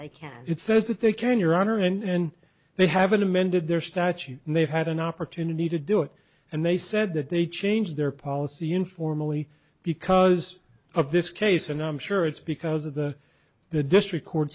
they can it says that they can your honor and they haven't amended their statute and they've had an opportunity to do it and they said that they change their policy informally because of this case and i'm sure it's because of the the district court